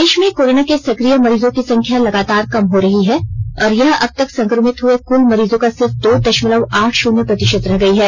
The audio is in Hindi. देश में कोरोना के सक्रिय मरीजों की संख्या लगातार कम हो रही है और यह अब तक संक्रमित हुए कुल मरीजों का सिर्फ दो दशमलव आठ शून्य प्रतिशत रह गई है